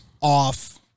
off